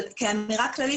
כאמירה כללית,